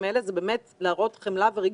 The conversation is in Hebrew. אלה זה באמת להראות חמלה ורגישות.